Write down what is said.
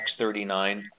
X39